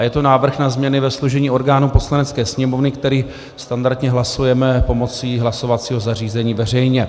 Je to návrh na změny ve složení orgánů Poslanecké sněmovny, který standardně hlasujeme pomocí hlasovacího zařízení veřejně.